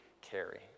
carry